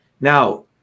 Now